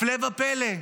הפלא ופלא,